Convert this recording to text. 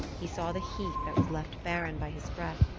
he saw the heath that was left barren by his breath,